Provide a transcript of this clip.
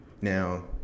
Now